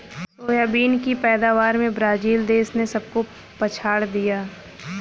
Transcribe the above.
soybean की पैदावार में ब्राजील देश ने सबको पछाड़ दिया